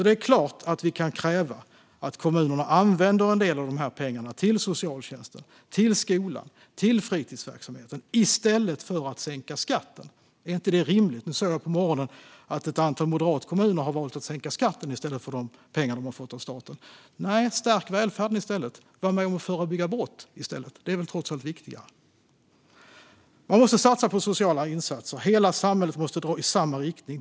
Det är klart att vi kan kräva att kommunerna använder en del av dessa pengar till socialtjänsten, skolan och fritidsverksamheten, i stället för att sänka skatten. Är inte det rimligt? Jag såg nu på morgonen att ett antal moderata kommuner i stället har valt att sänka skatten för de pengar de har fått av staten. Nej, stärk välfärden i stället, och var med om att förebygga brott! Det är väl trots allt viktigare. Man måste satsa på sociala insatser. Hela samhället måste dra i samma riktning.